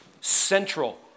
Central